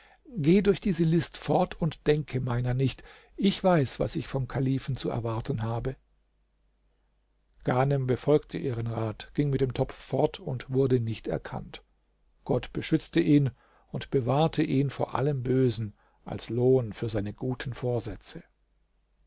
geh durch diese list fort und denke meiner nicht ich weiß was ich vom kalifen zu erwarten habe ghanem befolgte ihren rat ging mit dem topf fort und wurde nicht erkannt gott beschützte ihn und bewahrte ihn vor allem bösen als lohn für seine guten vorsätze